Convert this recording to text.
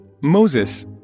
Moses